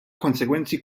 konsegwenzi